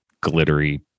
Glittery